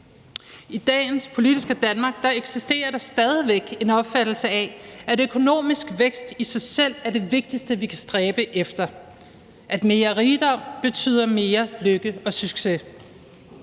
I dagens politiske Danmark eksisterer der stadig væk en opfattelse af, at økonomisk vækst i sig selv er det vigtigste, vi kan stræbe efter: at mere rigdom betyder mere lykke og succes.